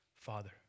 Father